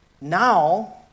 now